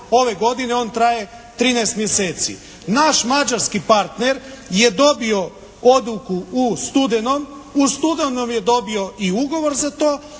ove godine, on traje 13 mjeseci. Naš mađarski partner je dobio odluku u studenome, u studenome je dobio i ugovor za to